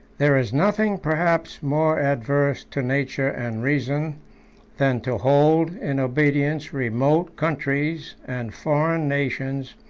there is nothing perhaps more adverse to nature and reason than to hold in obedience remote countries and foreign nations,